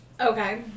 Okay